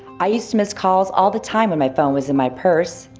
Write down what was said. i used to miss calls all the time when my phone was in my purse.